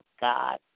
God